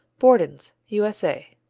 borden's u s a.